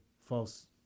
false